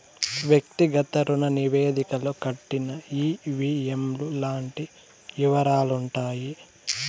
వ్యక్తిగత రుణ నివేదికలో కట్టిన ఈ.వీ.ఎం లు లాంటి యివరాలుంటాయి